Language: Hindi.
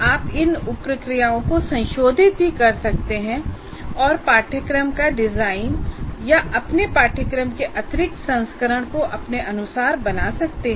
आप इन उप प्रक्रियाओं को संशोधित भी कर सकते हैं और पाठ्यक्रम का डिज़ाइन या अपने पाठ्यक्रम के अतिरिक्त संस्करण को अपने अनुसार बना सकते हैं